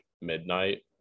midnight